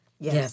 Yes